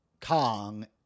Kong